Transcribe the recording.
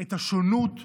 את השונות,